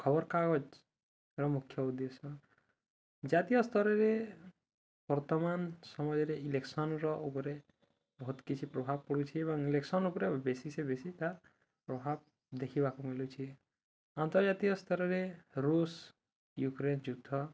ଖବରକାଗଜର ମୁଖ୍ୟ ଉଦ୍ଦେଶ୍ୟ ଜାତୀୟ ସ୍ତରରେ ବର୍ତ୍ତମାନ ସମୟରେ ଇଲେକ୍ସନର ଉପରେ ବହୁତ କିଛି ପ୍ରଭାବ ପଡ଼ୁଛି ଏବଂ ଇଲେକ୍ସନ ଉପରେ ବେଶି ସେ ବେଶି ତା ପ୍ରଭାବ ଦେଖିବାକୁ ମିଳୁଛି ଆନ୍ତର୍ଜାତୀୟ ସ୍ତରରେ ରୁଷ ୟୁକ୍ରେନ୍ ଯୁଦ୍ଧ